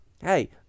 hey